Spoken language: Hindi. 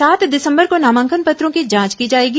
सात दिसंबर को नामांकन पत्रों की जांच की जाएगी